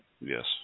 Yes